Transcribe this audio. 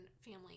family